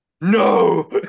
No